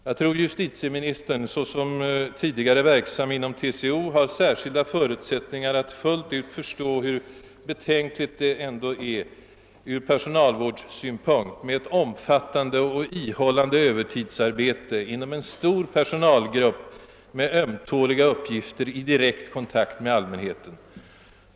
Jag tror att justitieministern så som tidigare verksam inom TCO har särskilda förutsättningar att fullt ut förstå hur betänkligt det ändå är ur personalvårdssynpunkt med ett omfattande och ihållande övertidsarbete inom en stor personalgrupp med ömtåliga uppgifter i direkt kontakt med allmänheten.